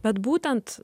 bet būtent